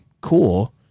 cool